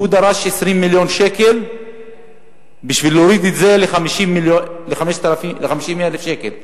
והוא דרש 20 מיליון שקל בשביל להוריד את זה ל-50,000 שקל.